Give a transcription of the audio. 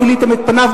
חיליתם את פניו,